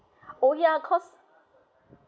oh ya cause